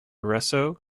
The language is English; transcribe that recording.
russo